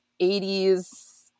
80s